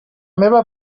meva